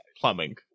plumbing